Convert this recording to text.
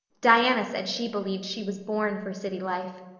diana said she believed she was born for city life.